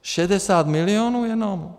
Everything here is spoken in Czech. Šedesát milionů jenom?